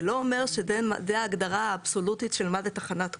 זה לא אומר שזו ההגדרה האבסולוטית של מה זה תחנת כוח.